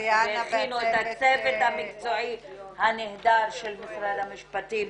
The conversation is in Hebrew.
והכינו את הצוות המקצועי הנהדר של משרד המשפטים,